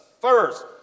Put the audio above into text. first